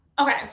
Okay